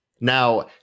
Now